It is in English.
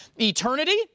eternity